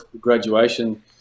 graduation